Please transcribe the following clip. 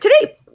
Today